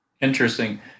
Interesting